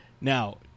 Now